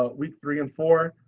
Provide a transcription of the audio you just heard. ah week three and four,